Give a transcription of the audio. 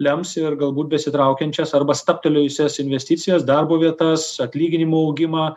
lems ir galbūt besitraukiančias arba stabtelėjusias investicijas darbo vietas atlyginimų augimą